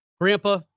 Grandpa